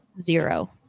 Zero